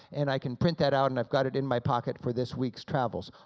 and i can print that out and i've got it in my pocket for this week's travels.